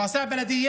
כשהם שלחו מכתבים